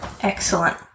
Excellent